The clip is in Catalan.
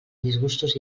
disgustos